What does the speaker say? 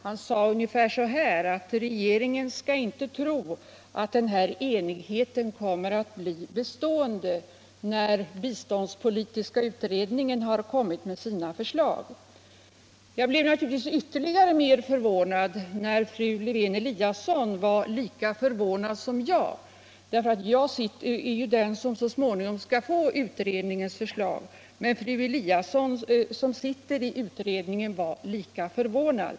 Han sade ungefär så, att regeringen skall inte tro att den här enigheten kommer att bli bestående när biståndspoliviska utredningen har konimit med sina förslag. Och min förvåning ökade naturligtvis när jag sedan fick höra att fru Lewén-Eliasson var lika förvånad som jag. Jag är ju den som så småningom skall få utredningens förslag. Men fru Lewén-Eliasson, som sitter med i utredningen, var alltså lika förvånad.